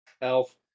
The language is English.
Elf